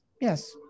yes